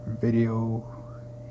video